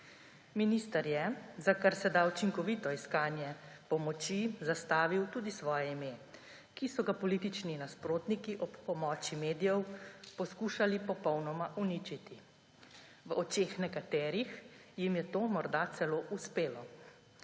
Minister je za karseda učinkovito iskanje pomoči zastavil tudi svoje ime, ki so ga politični nasprotniki ob pomoči medijev poskušali popolnoma uničiti. V očeh nekaterih jim je to morda celo uspelo.